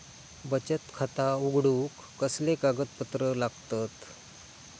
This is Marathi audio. बचत खाता उघडूक कसले कागदपत्र लागतत?